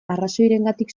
arrazoirengatik